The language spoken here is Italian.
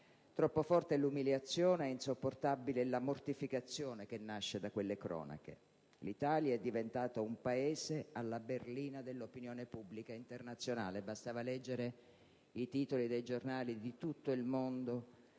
Troppo forte è l'umiliazione, e insopportabile la mortificazione che nasce da quelle cronache: l'Italia è diventata un Paese alla berlina dell'opinione pubblica internazionale. Bastava leggere i titoli dei giornali di tutto il mondo